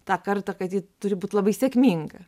tą kartą kad ji turi būti labai sėkminga